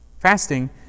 Fasting